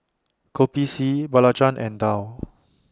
Kopi C Belacan and Daal